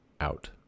out